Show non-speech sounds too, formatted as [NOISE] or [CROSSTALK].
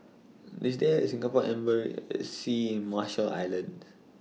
IS There A Singapore [UNINTELLIGIBLE] in Marshall Islands